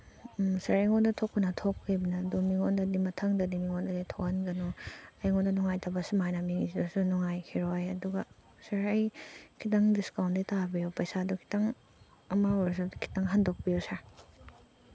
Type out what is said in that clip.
ꯁꯥꯔ ꯑꯩꯉꯣꯟꯗ ꯊꯣꯛꯄꯅ ꯊꯣꯛꯈꯤꯕꯅꯦ ꯑꯗꯣ ꯃꯤꯉꯣꯟꯗꯗꯤ ꯃꯊꯪꯗꯗꯤ ꯃꯤꯉꯣꯟꯗꯗꯤ ꯊꯣꯛꯍꯟꯒꯅꯣ ꯑꯩꯉꯣꯟꯗ ꯅꯨꯡꯉꯥꯏꯇꯕ ꯁꯨꯃꯥꯏꯅ ꯃꯤꯗꯁꯨ ꯅꯨꯡꯉꯥꯏꯈꯤꯔꯣꯏ ꯑꯗꯨꯒ ꯁꯥꯔ ꯑꯩ ꯈꯤꯇꯪ ꯗꯤꯁꯇꯥꯎꯟꯗꯤ ꯇꯥꯕꯤꯌꯣ ꯄꯩꯁꯥꯗꯣ ꯈꯤꯇꯪ ꯑꯃ ꯑꯣꯏꯔꯁꯨ ꯈꯤꯇꯪ ꯍꯟꯗꯣꯛꯄꯤꯌꯣ ꯁꯥꯔ